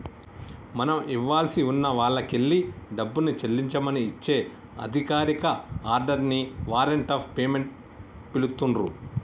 మనం ఇవ్వాల్సి ఉన్న వాల్లకెల్లి డబ్బుని చెల్లించమని ఇచ్చే అధికారిక ఆర్డర్ ని వారెంట్ ఆఫ్ పేమెంట్ పిలుత్తున్రు